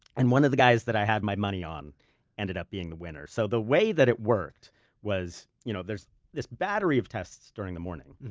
and one of the guys that i had my money on ended up being the winner. so the way that it worked was, you know there's this battery of tests during the morning.